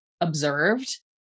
observed